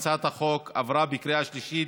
הצעת החוק עברה בקריאה שלישית,